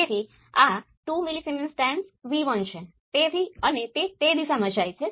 તેથી ચાલો આપણે તે વસ્તુ કરવા જઈએ